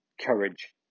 courage